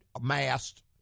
amassed